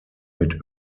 mit